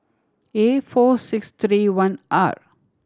A four six three one R